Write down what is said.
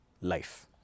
life